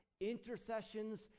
intercessions